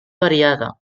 variada